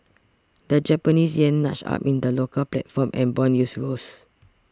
the Japanese yen nudged up in the local platform and bond yields rose